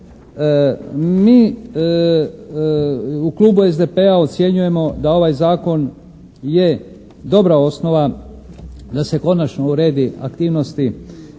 mi u Klubu SDP-a ocjenjujemo da ovaj zakon je dobra osnova da se konačno uredi aktivnosti